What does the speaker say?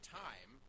time